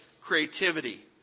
creativity